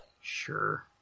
Sure